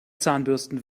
zahnbürsten